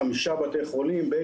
אני